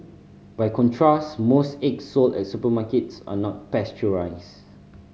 by contrast most eggs sold at supermarkets are not pasteurised